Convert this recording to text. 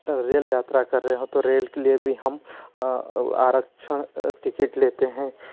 rail यात्रा कर रहे हों तो रेल के लिए भी हम आरक्षण टिकट लेते हैं